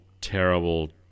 terrible